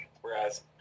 whereas